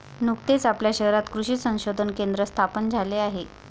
नुकतेच आपल्या शहरात कृषी संशोधन केंद्र स्थापन झाले आहे